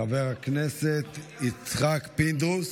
חבר הכנסת יצחק פינדרוס,